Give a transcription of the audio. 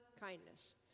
kindness